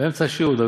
באמצע שיעור.